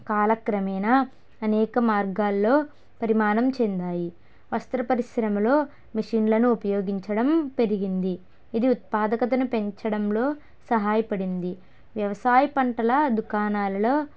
కాలక్రమేణ అనేక మార్గాల్లో పరిమాణం చెందాయి వస్త్ర పరిశ్రమలో మిషిన్లను ఉపయోగించడం పెరిగింది ఇది ఉత్పాదకతను పెంచడంలో సహాయపడింది వ్యవసాయ పంటల దుకాణాలలో